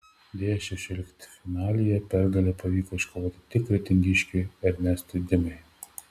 deja šešioliktfinalyje pergalę pavyko iškovoti tik kretingiškiui ernestui dimai